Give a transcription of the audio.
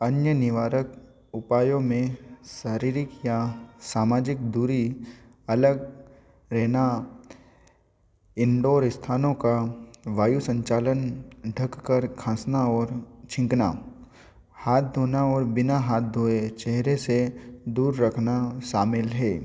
अन्य निवारक उपायों में शारीरिक या सामाजिक दूरी अलग रहना इनडोर स्थानों का वायु संचालन ढक कर खाँसना और छींकना हाथ धोना और बिना हाथ धोए चेहरे से दूर रखना शामिल है